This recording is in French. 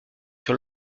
sur